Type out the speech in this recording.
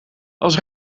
als